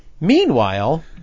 Meanwhile